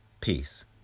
Peace